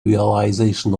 realization